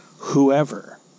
whoever